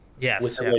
yes